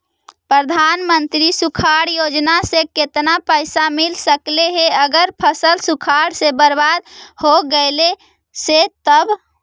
प्रधानमंत्री सुखाड़ योजना से केतना पैसा मिल सकले हे अगर फसल सुखाड़ से बर्बाद हो गेले से तब?